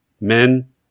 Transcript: men